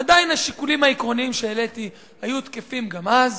עדיין השיקולים העקרוניים שהעליתי היו תקפים גם אז,